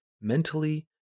mentally